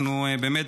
אנחנו באמת,